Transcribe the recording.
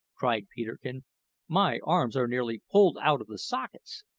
cried peterkin my arms are nearly pulled out of the sockets.